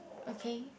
okay